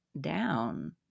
down